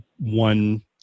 one